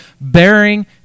bearing